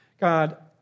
God